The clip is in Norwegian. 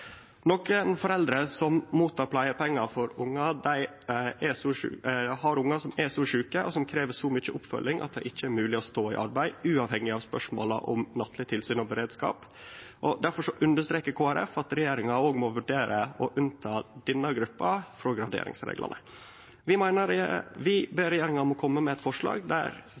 har ungar som er så sjuke, og som krev så mykje oppfølging, at det ikkje er mogleg å stå i arbeid – uavhengig av spørsmåla om nattleg tilsyn og beredskap. Difor understrekar Kristeleg Folkeparti at regjeringa òg må vurdere å unnta denne gruppa frå graderingsreglane. Vi ber regjeringa om å kome med forslag